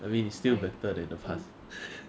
I mean it's still better than in the past